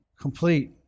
complete